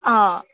ꯑꯥ